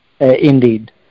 Indeed